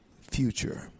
future